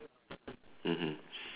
mmhmm